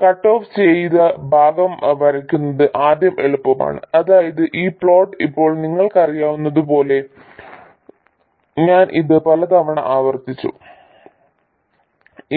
cut off ചെയ്ത ഭാഗം വരയ്ക്കുന്നത് ആദ്യം എളുപ്പമാണ് അതായത് ഈ പ്ലോട്ട് ഇപ്പോൾ നിങ്ങൾക്കറിയാവുന്നതുപോലെ ഞാൻ ഇത് പലതവണ ആവർത്തിച്ചു